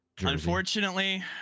unfortunately